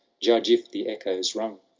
judge if the echoes rung!